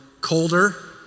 colder